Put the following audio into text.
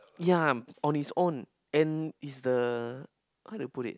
yea on his own and is the how to put it